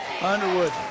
Underwood